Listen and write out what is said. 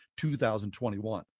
2021